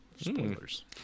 spoilers